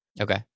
Okay